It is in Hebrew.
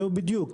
זהו בדיוק,